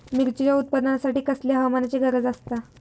मिरचीच्या उत्पादनासाठी कसल्या हवामानाची गरज आसता?